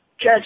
judge